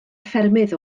ffermydd